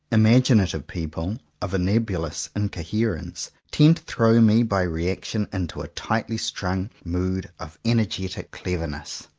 imaginative people of a nebulous incoherence, tend to throw me by reaction into a tightly-strung mood of energetic cleverness.